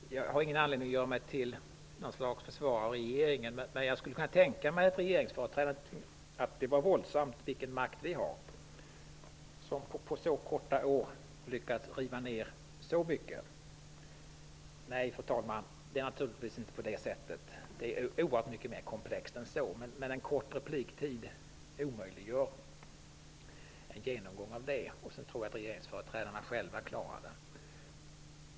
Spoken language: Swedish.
Fru talman! Jag har ingen anledning att göra mig till någots slags försvarare av regeringen. Men jag kan tänka mig att regeringens företrädare tänker att det var väldigt vilken makt de har som på så pass få år har lyckats riva ned så pass mycket. Fru talman! Nej, det är naturligtvis inte så. Situationen är oerhört mycket mer komplex än så. Men en kort repliktid omöjliggör en genomgång. Dessutom tror jag att regeringsföreträdarna själva kan göra det.